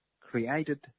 created